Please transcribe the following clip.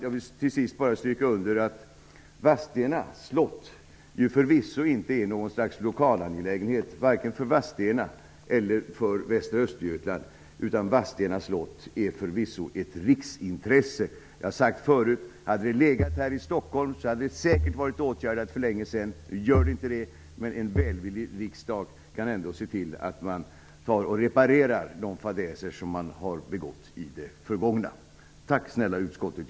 Avslutningsvis vill jag bara understryka att Vadstena slott förvisso inte är något slags lokalangelägenhet vare sig för Vadstena eller för västra Östergötland. Vadstena slott är förvisso ett riksintresse. Jag har tidigare sagt att om slottet hade legat i Stockholm hade problemet säkert varit åtgärdat för länge sedan. Nu gör slottet inte det, men en välvillig riksdag kan ändå se till att man reparerar de fadäser som har begåtts i det förgångna. Tack, snälla utskottet.